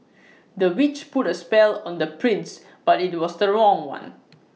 the witch put A spell on the prince but IT was the wrong one